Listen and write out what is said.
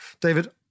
David